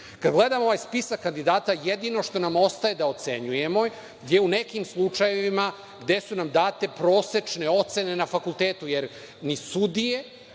gledam ovaj spisak kandidata, jedino što nam ostaje da ocenjujemo je u nekim slučajevima gde su nam date prosečne ocene na fakultetu, jer ni sudije,